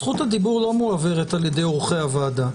זכות הדיבור לא מועברת על ידי אורחי הוועדה.